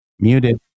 muted